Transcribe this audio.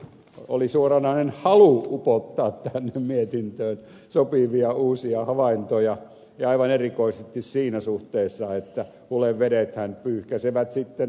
oli suoranainen halu upottaa tänne mietintöön sopivia uusia havaintoja ja aivan erikoisesti siinä suhteessa että hulevedethän pyyhkäisevät sitten ravinteet